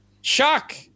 shock